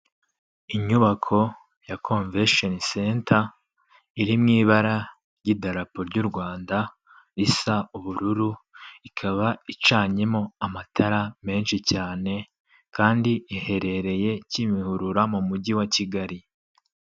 Inyubako ya komvesheni senta iri mu ibara ry'idarapo ry'u Rwanda risa ubururu ikaba icanyemo amatara menshi cyane kandi iherereye Kimihurura mu mujyi wa Kigali.